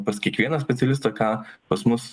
pas kiekvieną specialistą ką pas mus